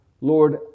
Lord